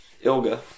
Ilga